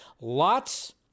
Lots